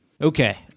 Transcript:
Okay